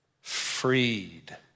Freed